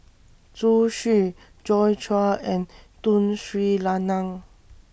Zhu Xu Joi Chua and Tun Sri Lanang